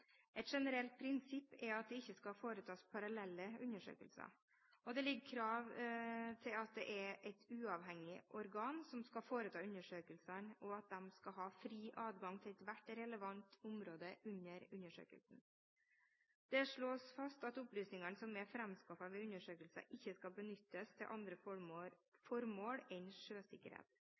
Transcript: Et generelt prinsipp er at det ikke skal foretas parallelle undersøkelser. Det ligger krav til at det er et uavhengig organ som skal foreta undersøkelsen, og at de skal ha fri adgang til ethvert relevant område for undersøkelsen. Det slås fast at opplysningene som er framskaffet ved undersøkelsen, ikke skal benyttes til andre formål enn sjøsikkerhet.